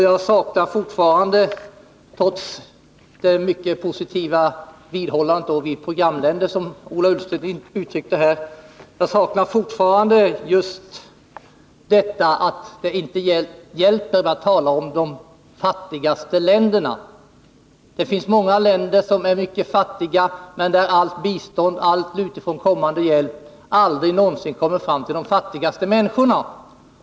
Jag saknar fortfarande, trots det mycket positiva vidhållande vid programländer som Ola Ullsten här gav uttryck för, kommentarer till det faktum att det inte hjälper att tala om de fattigaste länderna. Det finns många länder som är mycket fattiga, men där all utifrån kommande hjälp aldrig någonsin når fram till de fattigaste människorna.